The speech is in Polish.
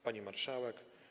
Pani Marszałek!